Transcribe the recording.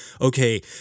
okay